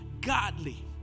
godly